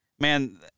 man